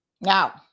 Now